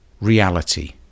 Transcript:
reality